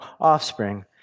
offspring